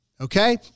Okay